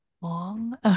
long